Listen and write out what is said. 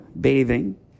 bathing